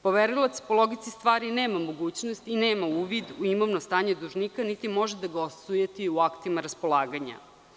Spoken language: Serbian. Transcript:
Poverilac po logici stvari nema mogućnost i nema uvid u imovno stanje dužnika, niti može da ga osujeti u aktima raspolaganja.